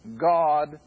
God